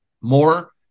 more